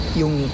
yung